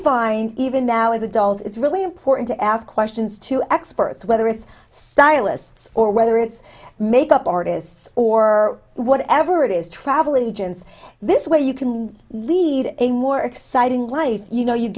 find even now as adults it's really important to ask questions to experts whether it's stylists or whether it's makeup artists or whatever it is travel agents this way you can lead a more exciting life you know you